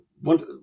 one